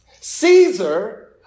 Caesar